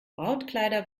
brautkleider